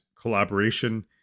collaboration